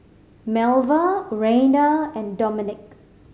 Melva Raina and Domenick